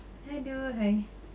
aduhai